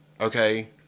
Okay